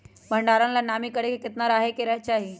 भंडारण ला नामी के केतना मात्रा राहेके चाही?